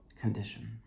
condition